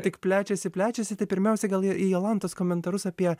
tik plečiasi plečiasi tai pirmiausia gal į į jolantos komentarus apie